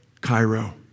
Cairo